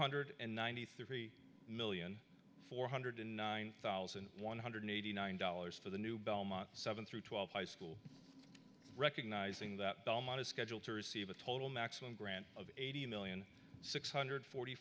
hundred and ninety three million four hundred nine thousand one hundred eighty nine dollars for the new belmont seven through twelve high school recognizing that belmont is scheduled to receive a total maximum grant of eighty million six hundred forty